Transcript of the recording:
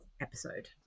episode